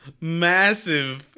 Massive